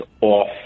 off